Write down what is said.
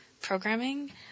programming